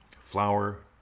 flour